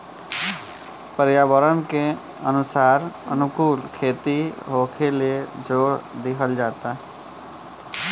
पर्यावरण के अनुकूल खेती होखेल जोर दिहल जाता